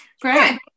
Great